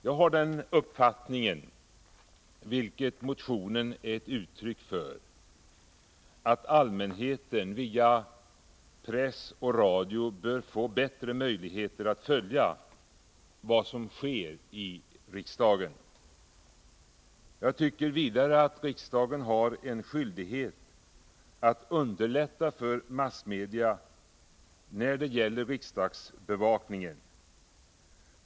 Jag har den uppfattningen, vilket motionen är ett uttryck för. att allmänheten via press och radio bör få bättre möjligheter att följa vad som sker i riksdagen. Jag tycker vidare att riksdagen har skyldighet att underlätta riksdagsbevakningen för massmedia.